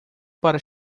para